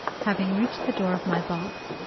having reached the door of my box,